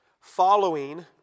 Following